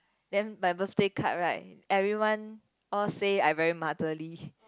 then my birthday card right everyone all say I very motherly